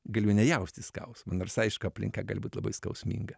galiu nejausti skausmo nors aišku aplinka gali būt labai skausminga